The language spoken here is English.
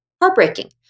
heartbreaking